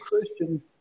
Christian